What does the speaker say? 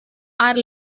are